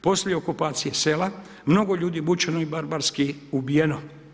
Poslije okupacije sela, mnogo ljudi je mučeno i barbarski ubijeno.